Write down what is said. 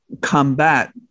combat